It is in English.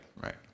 Right